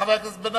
חבר הכנסת בן-ארי,